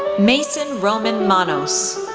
mason roman manos,